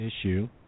issue